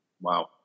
Wow